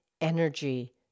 energy